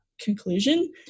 conclusion